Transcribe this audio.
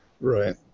Right